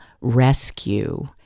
rescue